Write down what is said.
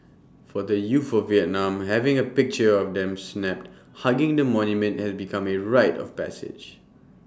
for the youth of Vietnam having A picture of them snapped hugging the monument has become A rite of passage